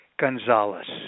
Gonzalez